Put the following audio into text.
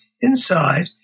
inside